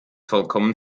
vollkommen